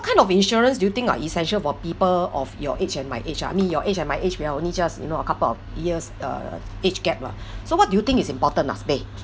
kind of insurance do you think are essential for people of your age and my age uh I mean your age and my age we're only just you know a couple of years uh age gap lah so what do you think is important ah beh